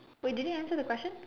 wait did I answer question